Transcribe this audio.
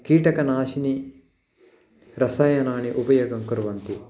कीटकनाशिनि रसायनानि उपयोगं कुर्वन्ति